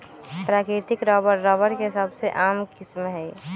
प्राकृतिक rubber, rubber के सबसे आम किस्म हई